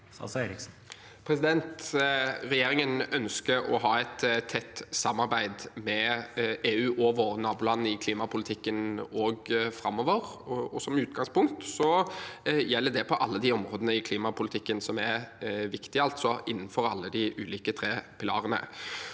Re- gjeringen ønsker å ha et tett samarbeid med EU og våre naboland i klimapolitikken også framover, og som utgangspunkt gjelder det på alle de områdene i klimapolitikken som er viktige, altså innenfor alle de tre ulike pilarene.